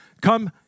come